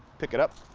pick it up